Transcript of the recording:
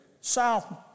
South